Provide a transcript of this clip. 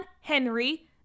Henry